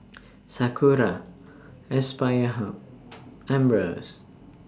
Sakura Aspire Hub Ambros